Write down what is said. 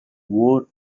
wore